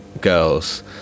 girls